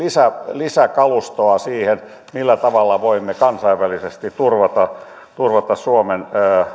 lisäkalustoa siihen millä tavalla voimme kansainvälisesti turvata turvata suomen